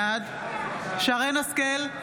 בעד שרן מרים השכל,